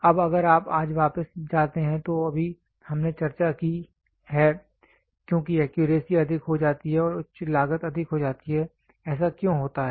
अब अगर आप आज वापस जाते हैं तो अभी हमने चर्चा की है क्योंकि एक्यूरेसी अधिक हो जाती है और उच्च लागत अधिक हो जाती है ऐसा क्यों होता है